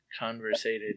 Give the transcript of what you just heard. conversated